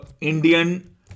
Indian